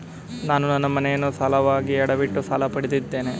ನಾನು ನನ್ನ ಮನೆಯನ್ನು ಸಾಲವಾಗಿ ಅಡವಿಟ್ಟು ಸಾಲ ಪಡೆದಿದ್ದೇನೆ